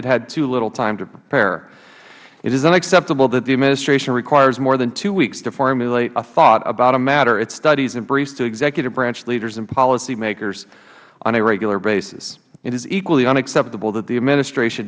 it had too little time to prepare it is unacceptable that the administration requires more than two weeks to formulate a thought about a matter it studies and briefs to executive branch leaders and policymakers on a regular basis it is equally unacceptable that the administration